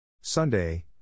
Sunday